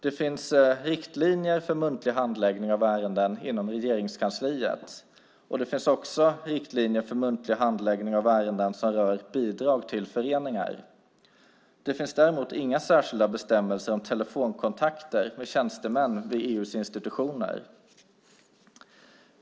Det finns riktlinjer för muntlig handläggning av ärenden inom Regeringskansliet. Det finns också riktlinjer för muntlig handläggning av ärenden som rör bidrag till föreningar. Det finns däremot inga särskilda bestämmelser om telefonkontakter med tjänstemän vid EU:s institutioner.